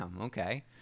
okay